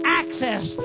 access